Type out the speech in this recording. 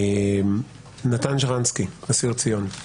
נתן שרנסקי אסיר ציון,